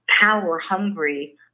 power-hungry